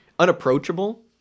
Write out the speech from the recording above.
unapproachable